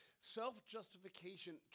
self-justification